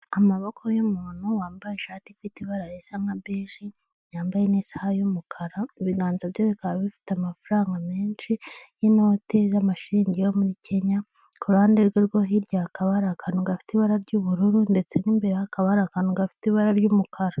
Amaboko y'umuntu wambaye ishati ifite ibara risa nka beje, yambaye n'isaha y'umukara, ibiganza bye bikaba bifite amafaranga menshi y'inote z'amashiringi yo muri Kenya, ku ruhande rwe rwo hirya hakaba hari akantu gafite ibara ry'ubururu, ndetse n'imbere hakaba hari akantu gafite ibara ry'umukara.